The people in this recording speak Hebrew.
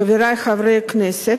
חברי חברי הכנסת,